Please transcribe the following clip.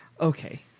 okay